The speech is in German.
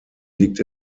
liegt